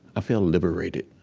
felt liberated.